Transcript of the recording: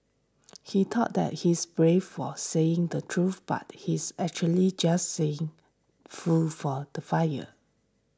he thought that he's brave for saying the truth but he's actually just saying fuel for the fire